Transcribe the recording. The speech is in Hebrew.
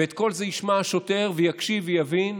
את כל זה ישמע השוטר ויקשיב ויבין,